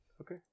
okay